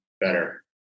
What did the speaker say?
better